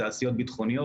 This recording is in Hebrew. תעשיות ביטחוניות,